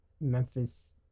Memphis